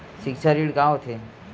सिक्छा ऋण का होथे?